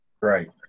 right